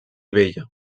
bella